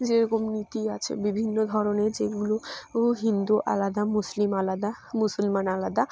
যেরকম নীতি আছে বিভিন্ন ধরনের যেগুলো হিন্দু আলাদা মুসলিম আলাদা মুসলমান আলাদা